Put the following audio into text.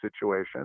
situation